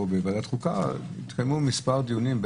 פה בוועדת חוקה התקיימו מספר דיונים,